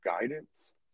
guidance